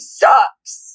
sucks